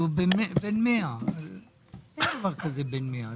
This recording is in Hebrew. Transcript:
הוא בן 100'. אין דבר כזה בן 100,